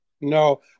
no